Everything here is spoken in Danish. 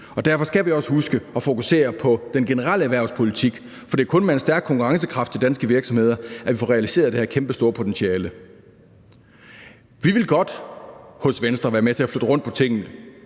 derfor skal vi også huske at fokusere på den generelle erhvervspolitik, for det er kun med en stærk konkurrencekraft i danske virksomheder, at vi får realiseret det her kæmpestore potentiale. I Venstre vil vi godt være med til at flytte rundt på tingene.